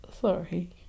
sorry